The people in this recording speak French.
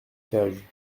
cage